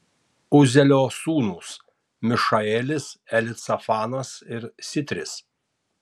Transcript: uzielio sūnūs mišaelis elicafanas ir sitris